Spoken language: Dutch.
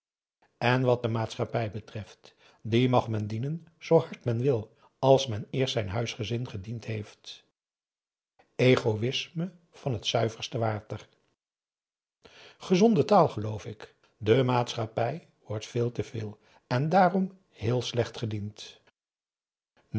mag men dienen zoo hard men wil als men eerst zijn huisgezin